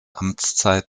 amtszeit